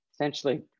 essentially